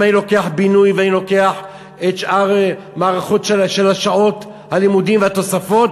אם אני לוקח בינוי ואני לוקח את שאר מערכת שעות הלימודים והתוספות,